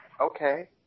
okay